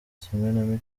kimwe